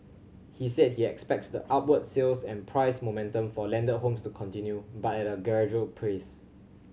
he said he expects the upward sales and price momentum for landed homes to continue but at a gradual pace